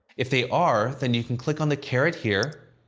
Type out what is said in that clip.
if they are, then you can click on the caret here,